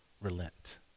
relent